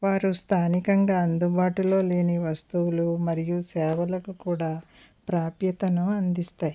వారు స్థానికంగా అందుబాటులో లేని వస్తువులు మరియు సేవలకు కూడా ప్రాప్యతను అందిస్తాయి